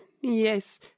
yes